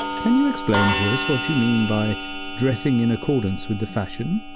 can you explain to us what you mean by dressing in accordance with the fashion?